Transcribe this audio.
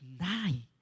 nine